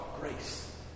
grace